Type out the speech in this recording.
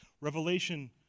Revelation